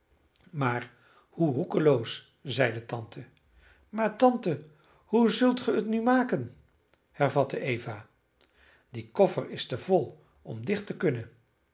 maar hoe roekeloos zeide tante maar tante hoe zult ge het nu maken hervatte eva die koffer is te vol om dicht te kunnen